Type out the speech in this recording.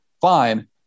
fine